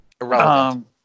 irrelevant